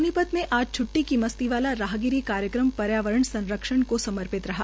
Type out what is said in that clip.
सोनीपत में आज छ्ट्टी की मस्ती वाला राहगिरी कार्यक्रम पर्यावरण संरक्षण को समर्पित हरा